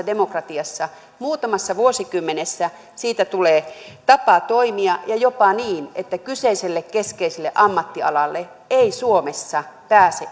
demokratiassa muutamassa vuosikymmenessä siitä tulee tapa toimia ja jopa niin että kyseiselle keskeiselle ammattialalle ei suomessa pääse